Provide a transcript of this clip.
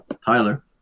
Tyler